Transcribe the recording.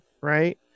Right